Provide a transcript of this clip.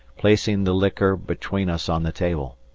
placing the liquor between us on the table.